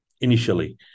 initially